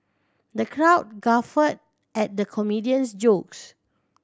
the crowd guffawed at the comedian's jokes